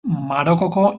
marokoko